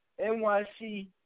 NYC